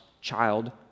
child